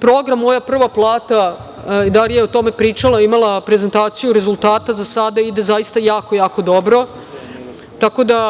Program „Moja prva plata“, Darija je o tome pričala, je imala prezentaciju rezultata za sada ide zaista jako dobro. Tako da,